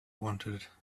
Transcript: wanted